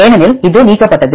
ஏனெனில் இது நீக்கப்பட்டது